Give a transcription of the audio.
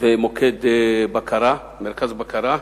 ומרכז בקרה.